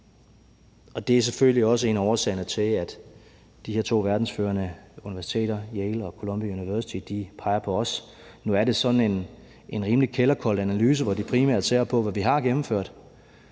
det er selvfølgelig også en af årsagerne til, at de her to verdensførende universiteter Yale og Columbia University peger på os. Nu er det sådan en rimelig kælderkold analyse, hvor de primært ser på, hvad vi har gennemført.